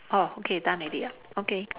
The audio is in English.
okay done already ah okay